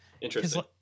Interesting